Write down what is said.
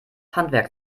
handwerk